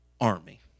army